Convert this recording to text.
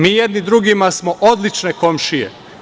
Mi jedni drugima smo odlične komšije.